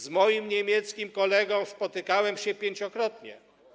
Z moim niemieckim kolegą spotykałem się pięciokrotnie.